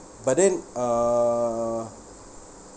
but then err